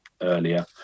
earlier